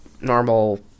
normal